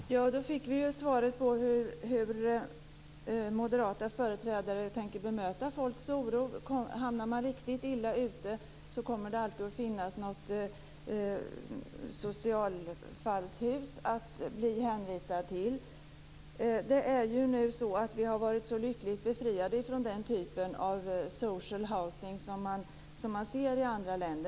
Fru talman! Då fick vi svaret på frågan hur moderata företrädare tänker bemöta folks oro. Är man riktigt illa ute kommer det alltid att finnas något socialfallshus att bli hänvisad till. Vi har varit lyckligt befriade från den typen av social housing, som man kan se i andra länder.